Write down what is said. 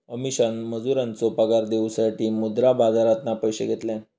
अमीषान मजुरांचो पगार देऊसाठी मुद्रा बाजारातना पैशे घेतल्यान